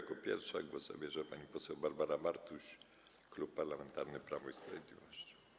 Jako pierwsza głos zabierze pani poseł Barbara Bartuś, Klub Parlamentarny Prawo i Sprawiedliwość.